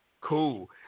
cool